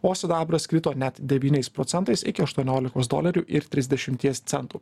o sidabras krito net devyniais procentais iki aštuoniolikos dolerių ir trisdešimties centų